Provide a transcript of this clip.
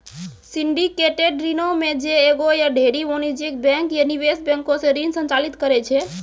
syndicated ऋणो मे जे एगो या ढेरी वाणिज्यिक बैंक या निवेश बैंको से ऋण संचालित करै छै